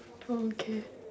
oh okay